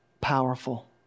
powerful